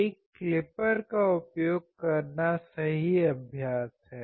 एक क्लिपर का उपयोग करना सही अभ्यास है